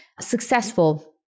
successful